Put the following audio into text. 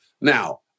Now